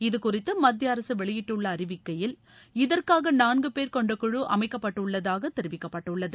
இதுகுறித்து மத்திய அரசு வெளியிட்டுள்ள அறிவிக்கையில் இதற்காக நான்கு பேர் கொண்ட குழு அமைக்கபட்டுள்ளதாக தெரிவிக்கப்பட்டுள்ளது